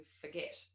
forget